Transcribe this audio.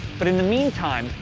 but in the meantime,